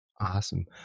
awesome